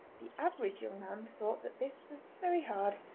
the average young man thought that this was very hard,